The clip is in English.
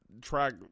track